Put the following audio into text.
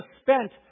spent